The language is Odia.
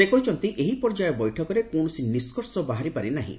ସେ କହିଛନ୍ତି ଏହି ପର୍ଯ୍ୟାୟ ବୈଠକରେ କୌଣସି ନିଷ୍କର୍ଷ ବାହାରିପାରି ନାହିଁ